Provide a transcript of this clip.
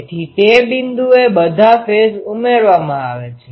તેથી તે બિંદુએ બધા ફેઝ ઉમેરવામાં આવે છે